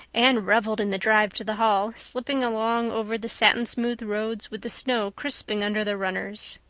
anne reveled in the drive to the hall, slipping along over the satin-smooth roads with the snow crisping under the runners.